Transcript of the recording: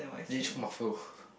Jay-Chou muffle